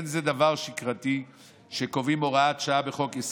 אין זה דבר שגרתי שקובעים הוראת שעה בחוק-יסוד.